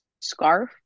scarf